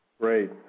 Great